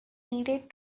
needed